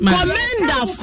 Commander